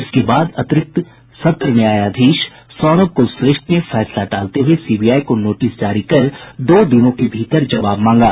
इसके बाद अतिरिक्त सत्र न्यायाधीश सौरभ कुलश्रेष्ठ ने फैसला टालते हुए सीबीआई को नोटिस जारी कर दो दिनों के भीतर जवाब मांगा